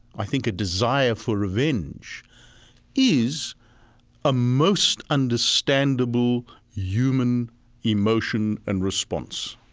i think a desire for revenge is a most understandable human emotion and response.